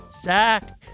Zach